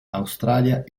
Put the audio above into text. australia